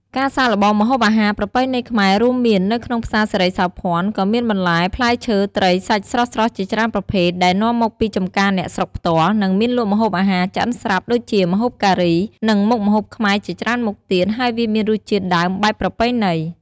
ការសាកល្បងម្ហូបអាហារប្រពៃណីខ្មែររួមមាន នៅក្នុងផ្សារសិរីសោភ័ណក៏មាន បន្លែ ផ្លែឈើត្រី សាច់ស្រស់ៗជាច្រើនប្រភេទដែលនាំមកពីចម្ការអ្នកស្រុកផ្ទាល់ និងកមានលក់ម្ហូបអាហារឆ្អិនស្រាប់ ដូចជាម្ហូបការី និងមុខម្ហូបខ្មែរជាច្រើនមុខទៀត ហើយវាមានរសជាតិដើមបែបប្រពៃណី។